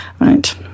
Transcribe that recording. Right